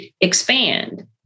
expand